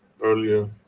earlier